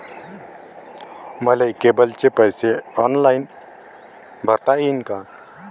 मले केबलचे पैसे ऑनलाईन भरता येईन का?